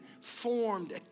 formed